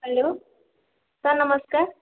hello sir ନମସ୍କାର